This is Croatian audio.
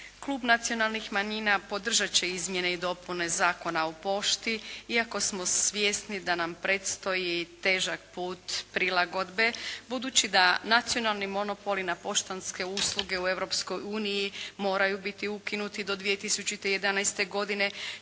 Klub nacionalnih manjina podržat će izmjene i dopune Zakona o pošti iako smo svjesni da nam predstoji težak put prilagodbe, budući da nacionalni monopoli na poštanske usluge u Europskoj uniji moraju biti ukinuti do 2011. godine,